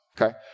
okay